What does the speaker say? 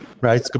right